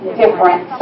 different